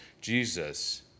Jesus